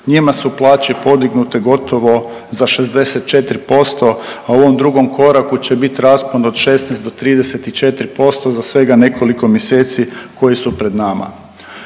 njima su plaće podignute gotovo za 64%, a u ovom drugom koraku će biti raspon od 16 do 34% za svega nekoliko mjeseci koji su pred nama.